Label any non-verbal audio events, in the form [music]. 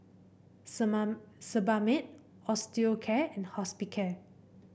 [unintelligible] Sebamed Osteocare and Hospicare